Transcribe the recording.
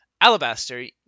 Alabaster